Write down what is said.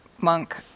monk